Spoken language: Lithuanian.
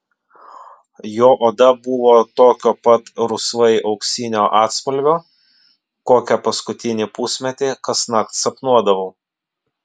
jo oda buvo tokio pat rusvai auksinio atspalvio kokią paskutinį pusmetį kasnakt sapnuodavau